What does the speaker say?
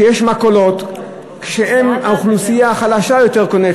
שבמכולות שהאוכלוסייה החלשה יותר קונה,